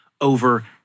over